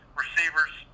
receivers